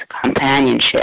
companionship